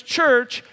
church